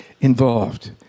involved